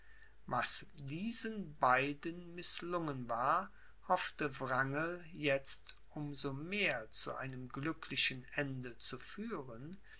was diesen beiden mißlungen war hoffte wrangel jetzt um so mehr zu einem glücklichen ende zu führen